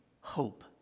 Hope